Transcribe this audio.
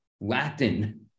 Latin